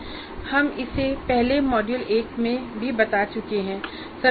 हम इसे पहले मॉड्यूल 1 में भी बता चुके हैं